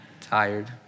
Tired